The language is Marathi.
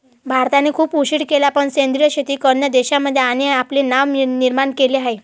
भारताने खूप उशीर केला पण सेंद्रिय शेती करणार्या देशांमध्ये याने आपले नाव निर्माण केले आहे